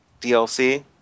dlc